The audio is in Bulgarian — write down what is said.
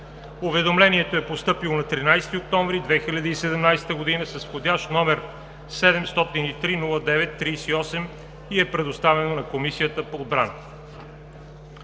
Уведомлението е постъпило на 13 октомври 2017 г. с вх. № 703-09-38 и е предоставено на Комисията по отбрана.